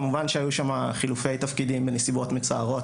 כמובן שהיו שם חילופי תפקידים בנסיבות מצערות,